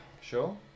Sure